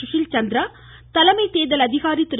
சுஷில் சந்திரா தலைமை தேர்தல் அதிகாரி திரு